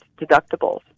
deductibles